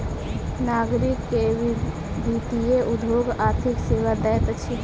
नागरिक के वित्तीय उद्योग आर्थिक सेवा दैत अछि